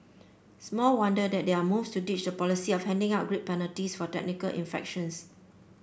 small wonder that there are moves to ditch the policy of handing out grid penalties for technical infractions